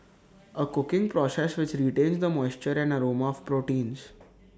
A cooking process which retains the moisture and aroma of proteins